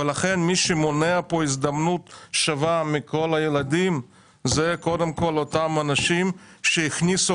מי שמונע פה הזדמנות שווה מכל הילדים זה אותם אנשים שהכניסו